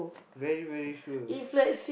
very very sure